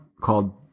called